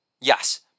Yes